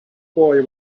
boy